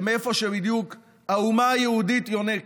למקום שבדיוק ממנו האומה היהודית יונקת.